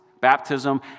Baptism